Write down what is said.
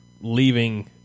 leaving